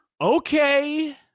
Okay